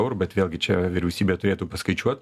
eurų bet vėlgi čia vyriausybė turėtų paskaičiuot